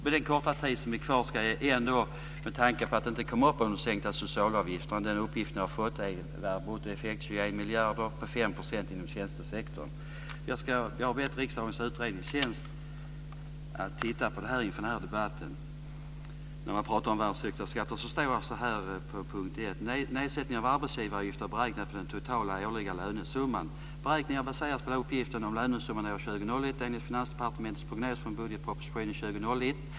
Med tanke på att de sänkta socialavgifterna inte kom upp ska jag nämna något om det på den korta tid som är kvar. Den uppgift ni har fått är att bruttoeffekten är 21 miljarder av en sänkning med 5 % inom tjänstesektorn. Jag har bett riksdagens utredningstjänst att titta på detta inför denna debatt, eftersom man pratar om världens högsta skatter. Utredningstjänsten har skrivit så här: Nedsättningen av arbetsgivaravgiften är beräknad på den totala årliga lönesumman. Beräkningarna görs på uppgifter om lönesumman år 2001 enligt Finansdepartementets prognos från budgetpropositionen för 2000/01.